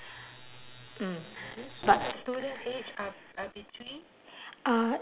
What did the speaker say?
mm but uh